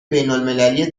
بینالمللی